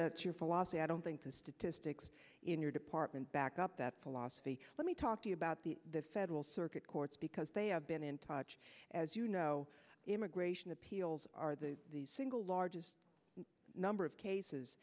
your philosophy i don't think the statistics in your department back up that philosophy let me talk to you about the the federal circuit courts because they i've been in touch as you know immigration appeals are the single largest number of cases